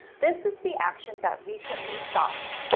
this is the action that recently stopped.